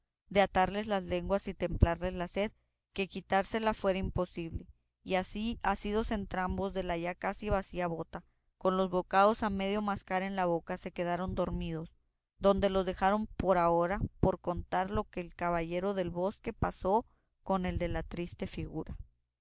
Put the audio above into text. atarles las lenguas y templarles la sed que quitársela fuera imposible y así asidos entrambos de la ya casi vacía bota con los bocados a medio mascar en la boca se quedaron dormidos donde los dejaremos por ahora por contar lo que el caballero del bosque pasó con el de la triste figura